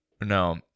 No